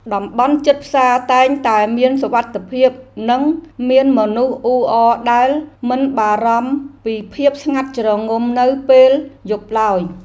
តំបន់ជិតផ្សារតែងតែមានសុវត្ថិភាពនិងមានមនុស្សអ៊ូអរដែលមិនបារម្ភពីភាពស្ងាត់ជ្រងំនៅពេលយប់ឡើយ។